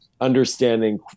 understanding